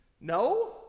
no